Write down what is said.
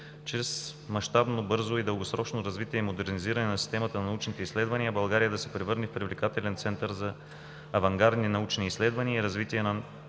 чрез мащабно бързо и дългосрочно развитие и модернизиране на системата на научните изследвания България да се превърне в привлекателен център за авангардни научни изследвания и развитие на